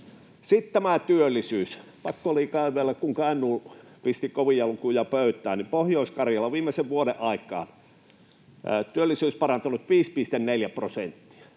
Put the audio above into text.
Sitten tämä työllisyys: Pakko oli kaivella, kun Kainuu pisti kovia lukuja pöytään. Pohjois-Karjalassa viimeisen vuoden aikaan työllisyys parantunut 5,4 prosenttia,